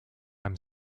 i’m